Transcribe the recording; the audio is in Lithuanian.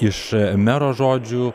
iš mero žodžių